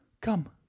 Come